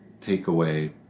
takeaway